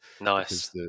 Nice